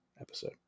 episode